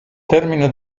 termine